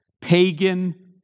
pagan